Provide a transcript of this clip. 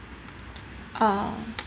uh